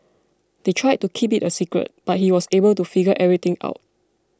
they tried to keep it a secret but he was able to figure everything out